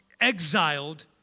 exiled